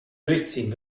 durchziehen